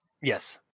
yes